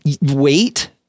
Wait